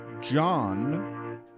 John